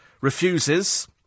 refuses